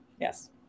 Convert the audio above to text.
Yes